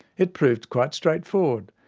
it proved quite straightforward.